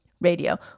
Radio